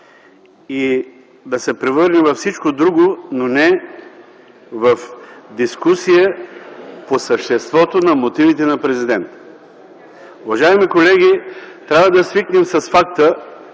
и да се превърне във всичко друго, но не в дискусия по съществото на мотивите на президента. Уважаеми колеги, трябва да свикнем с факта,